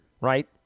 right